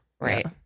Right